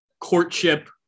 courtship